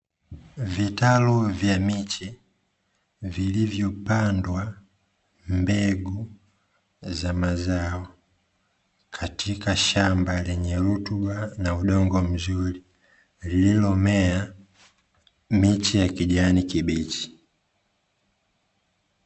Vitalu vya miche ilivyopandwa mbegu za mazao katika shamba lenye rutuba na udongo mzuri, lililomea miche ya kijani kibichi.